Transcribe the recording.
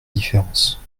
différence